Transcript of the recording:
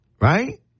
right